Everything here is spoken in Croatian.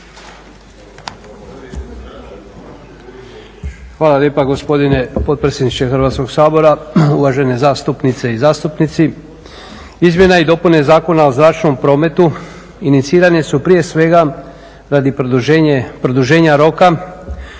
Hvala lijepa gospodine potpredsjedniče Hrvatskog sabora. Uvažene zastupnice i zastupnici. Izmjene i dopune Zakona o zračnom prometu inicirane su prije svega radi produženja roka